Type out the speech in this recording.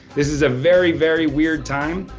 this is a very, very weird time.